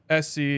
SC